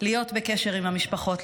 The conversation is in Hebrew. להיות בקשר עם המשפחות,